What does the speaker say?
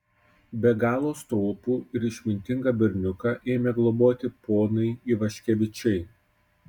be galo stropų ir išmintingą berniuką ėmė globoti ponai ivaškevičiai